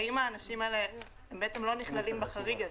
האנשים האלה לא נכללים בחריג הזה.